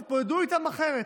תתמודדו איתם אחרת,